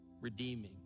Redeeming